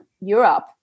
Europe